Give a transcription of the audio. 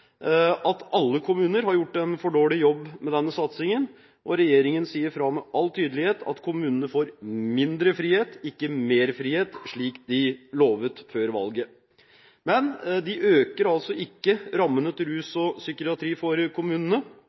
at alle kommuner har gjort en for dårlig jobb med den satsingen. Regjeringen sier med all tydelighet at kommunene får mindre frihet, ikke mer frihet, slik de lovet før valget. Men de øker altså ikke rammene til rus og psykiatri for kommunene.